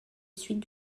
suites